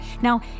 Now